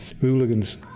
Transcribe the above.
hooligans